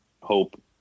hope